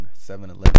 7-Eleven